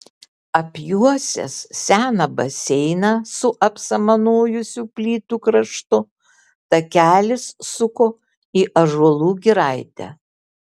apjuosęs seną baseiną su apsamanojusių plytų kraštu takelis suko į ąžuolų giraitę